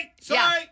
sorry